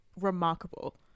remarkable